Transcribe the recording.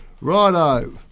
Righto